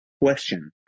question